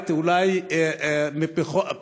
בית אולי מפח,